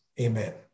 Amen